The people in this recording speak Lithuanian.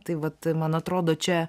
tai va tai man atrodo čia